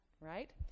right